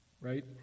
right